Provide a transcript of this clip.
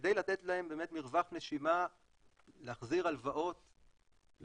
כדי לתת להם באמת מרווח נשימה להחזיר הלוואות לבנקים,